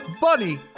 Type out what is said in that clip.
Bunny